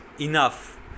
enough